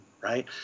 right